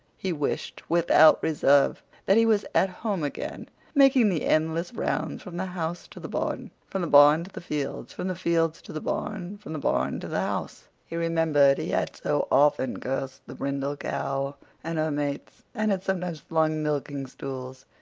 he wished, without reserve, that he was at home again making the endless rounds from the house to the barn, from the barn to the fields, from the fields to the barn, from the barn to the house. he remembered he had so often cursed the brindle cow and her mates, and had sometimes flung milking stools.